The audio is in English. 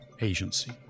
agency